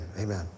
Amen